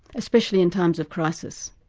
especially in times of crisis.